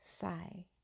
sigh